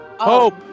Hope